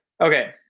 okay